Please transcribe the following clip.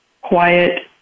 quiet